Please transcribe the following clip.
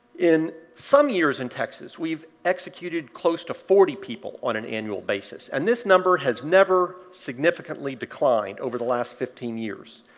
in some years in texas, we've executed close to forty people, on an annual basis, and this number has never significantly declined over the last fifteen years.